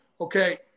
okay